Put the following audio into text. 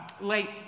late